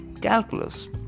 calculus